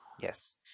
Yes